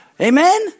amen